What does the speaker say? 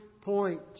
point